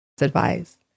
advice